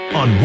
on